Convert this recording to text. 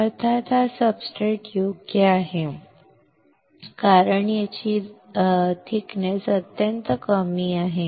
अर्थात हा सब्सट्रेट योग्य आहे योग्य आहे कारण जाडी अत्यंत लहान आहे